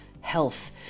health